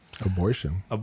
abortion